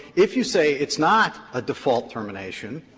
if you say it's not a default termination,